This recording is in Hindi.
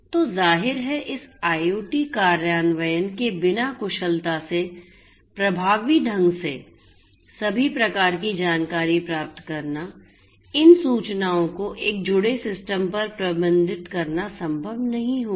तो ज़ाहिर है इस IoT कार्यान्वयन के बिना कुशलता से प्रभावी ढंग से इन सभी प्रकार की जानकारी प्राप्त करना इन सूचनाओं को एक जुड़े सिस्टम पर प्रबंधित करना संभव नहीं होगा